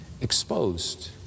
exposed